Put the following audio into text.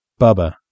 Bubba